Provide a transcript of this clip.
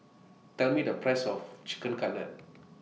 Tell Me The Price of Chicken Cutlet